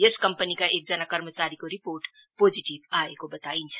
यस कम्पनीमा एकजना कर्मचारीको रिर्पोट पोजिटिभ आएको बताइन्छ